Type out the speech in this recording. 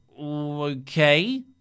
okay